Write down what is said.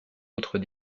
autre